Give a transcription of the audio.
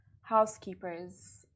housekeepers